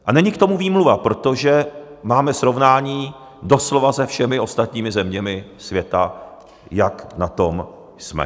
A není k tomu výmluva, protože máme srovnání doslova se všemi ostatními zeměmi světa, jak na tom jsme.